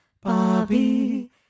Bobby